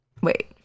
Wait